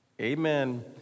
amen